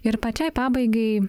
ir pačiai pabaigai